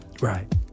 Right